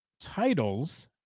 titles